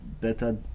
better